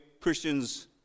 Christians